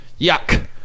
Yuck